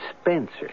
Spencer